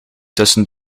tussen